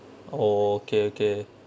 oh okay okay